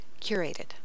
curated